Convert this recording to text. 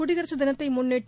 குடியரசுதினத்தைமுன்னிட்டு